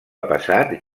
passat